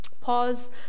Pause